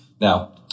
Now